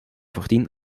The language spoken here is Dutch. voordien